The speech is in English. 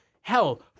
Hell